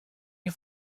you